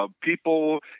People